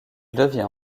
devient